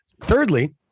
Thirdly